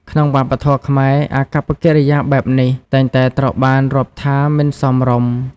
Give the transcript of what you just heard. ក្នុងវប្បធម៌ខ្មែរ អាកប្បកិរិយាបែបនេះតែងតែត្រូវបានរាប់ថាមិនសមរម្យ។